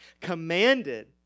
commanded